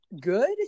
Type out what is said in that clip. Good